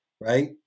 right